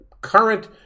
current